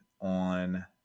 on